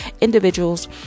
individuals